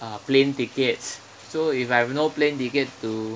uh plane tickets so if I have no plane ticket to